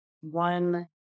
one